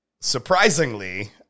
surprisingly